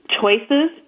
choices